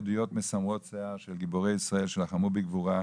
עדויות מסמרות שיער של גיבורי ישראל שלחמו בגבורה,